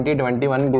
2021